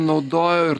naudojo ir